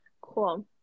Cool